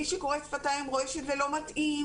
מי שקורא שפתיים רואה שזה לא מתאים,